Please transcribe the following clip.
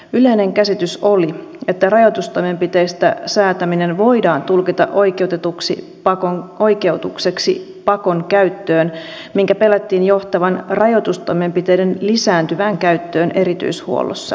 yleinen käsitys oli että rajoitustoimenpiteistä säätäminen voidaan tulkita oikeutukseksi pakon käyttöön minkä pelättiin johtavan rajoitustoimenpiteiden lisääntyvään käyttöön erityishuollossa